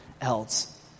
else